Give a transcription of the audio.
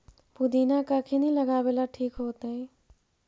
पुदिना कखिनी लगावेला ठिक होतइ?